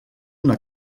una